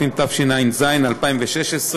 התשע"ז 2016,